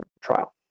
trial